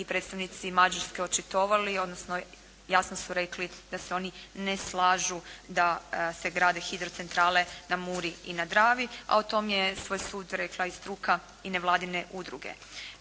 predstavnici Mađarske očitovali odnosno jasno su rekli da se oni ne slažu da se grade hidrocentrale na Muri i na Dravi. A o tom je svoj sud rekla i struka i nevladine udruge.